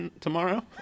tomorrow